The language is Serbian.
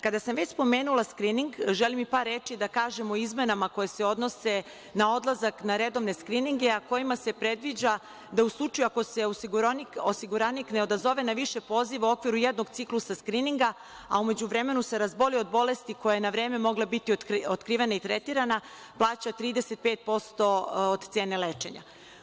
Kada sam već spomenula skrining, želim par reči da kažem o izmenama koje se odnose na odlazak, na redovne skrininge, a kojima se predviđa da, u slučaju ako se osiguranik ne odazove na više poziva okviru jednog ciklusa skrininga, a u međuvremenu se razboli od bolesti, koja je na vreme mogla biti otkrivena i tretirana, plaća 35% od cene lečenja.